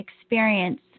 experience